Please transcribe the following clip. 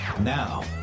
now